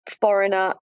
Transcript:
foreigner